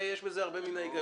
יש בזה הרבה מן ההיגיון.